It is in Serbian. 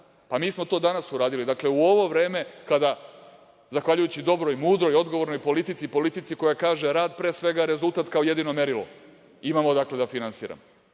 Mi smo to danas uradili. Dakle, u ovo vreme kada zahvaljujući dobroj, mudroj i odgovornoj politici, politici koja kaže – rad, pre svega, rezultat kao jedino merilo imamo da finansiramo.